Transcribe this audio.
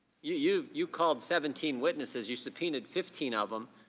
you you you called seventeen witnesses. you subpoenaed fifteen of um